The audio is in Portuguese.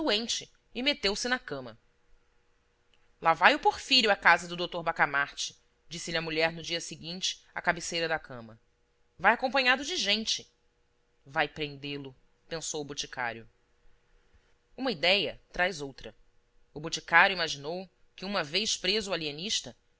doente e meteu-se na cama lá vai o porfírio à casa do dr bacamarte disse-lhe a mulher no dia seguinte à cabeceira da cama vai acompanhado de gente vai prendê-lo pensou o boticário uma idéia traz outra o boticário imaginou que uma vez preso o